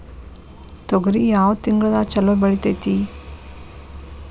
ತೊಗರಿ ಯಾವ ತಿಂಗಳದಾಗ ಛಲೋ ಬೆಳಿತೈತಿ?